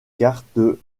cartes